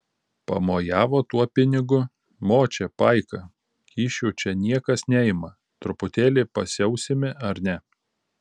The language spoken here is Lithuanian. pamojavo tuo pinigu močia paika kyšių čia niekas neima truputėlį pasiausime ar ne